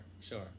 Sure